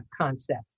concept